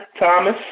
Thomas